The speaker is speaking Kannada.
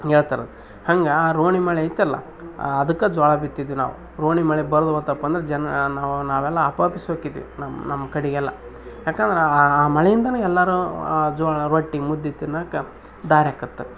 ಹೇಳ್ತಾರ್ ಹಂಗೆ ರೋಹಿಣಿ ಮಳೆ ಐತಲ್ಲ ಅದಕ್ಕೆ ಜೋಳ ಬಿತ್ತಿದ್ದಿವಿ ನಾವು ರೋಹಿಣಿ ಮಳೆ ಬರೊದ್ ಹೋತಪ್ಪಾ ಅಂದ್ರೆ ಜನ ನಾವು ನಾವೆಲ್ಲ ಹಪಾಹಪ್ಸೋಕಿದ್ವಿ ನಮ್ಮ ನಮ್ಮ ಕಡೆಯೆಲ್ಲ ಯಾಕಂದ್ರೆ ಆ ಮಳೆಯಿಂದಾ ಎಲ್ಲರು ಜೋಳ ರೊಟ್ಟಿ ಮುದ್ದೆ ತಿನ್ನೊಕ ದಾರಿಯಾಕತ್